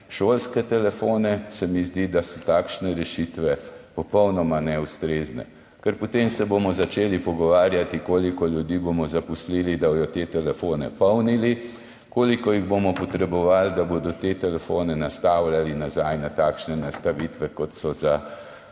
šolske telefone, se mi zdi, da so takšne rešitve popolnoma neustrezne, ker potem se bomo začeli pogovarjati, koliko ljudi bomo zaposlili, da bodo polnili te telefone, koliko jih bomo potrebovali, da bodo te telefone nastavljali nazaj na takšne nastavitve, kot so za